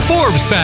Forbes